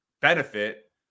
benefit